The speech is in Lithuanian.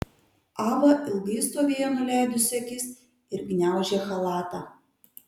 ava ilgai stovėjo nuleidusi akis ir gniaužė chalatą